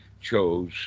chose